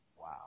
wow